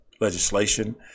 legislation